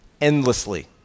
endlessly